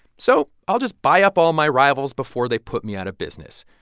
so i'll just buy up all my rivals before they put me out of business.